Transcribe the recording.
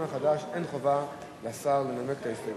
לפי התקנון החדש אין חובה לשר לנמק את ההסתייגות.